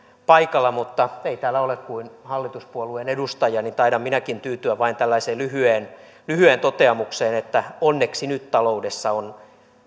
paikalla mutta kun ei täällä ole kuin hallituspuolueen edustajia niin taidan minäkin tyytyä vain tällaiseen lyhyeen lyhyeen toteamukseen että onneksi nyt taloudessa on